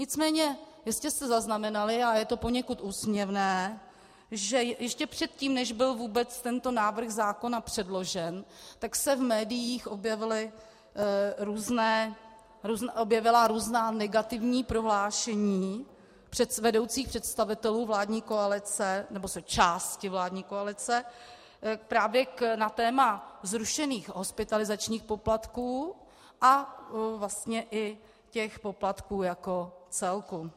Nicméně jistě jste zaznamenali, a je to poněkud úsměvné, že ještě předtím, než byl vůbec tento návrh zákona předložen, tak se v médiích objevila různá negativní prohlášení vedoucích představitelů vládní koalice nebo z části vládní koalice, právě na téma zrušených hospitalizačních poplatků a vlastně i těch poplatků jako celku.